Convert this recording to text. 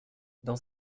dans